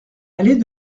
allée